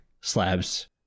slabs